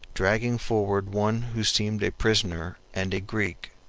dragging forward one who seemed a prisoner and a greek.